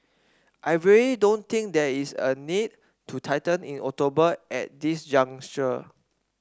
I really don't think there is a need to tighten in October at this juncture